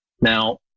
Now